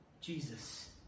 Jesus